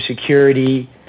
security